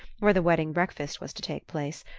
where the wedding-breakfast was to take place,